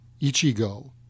Ichigo